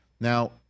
Now